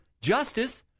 justice